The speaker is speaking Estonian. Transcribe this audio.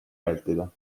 vältida